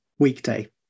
weekday